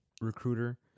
recruiter